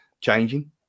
changing